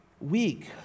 weak